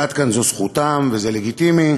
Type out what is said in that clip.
עד כאן זו זכותם וזה לגיטימי,